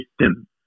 system